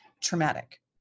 traumatic